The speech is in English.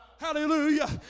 Hallelujah